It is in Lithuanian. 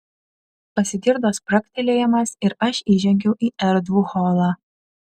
pasigirdo spragtelėjimas ir aš įžengiau į erdvų holą